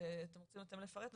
אתם רוצים אתם לפרט?